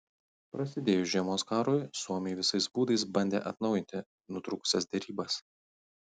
prasidėjus žiemos karui suomiai visais būdais bandė atnaujinti nutrūkusias derybas